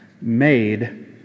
made